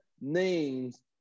names